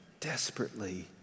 desperately